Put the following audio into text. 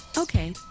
Okay